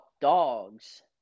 dogs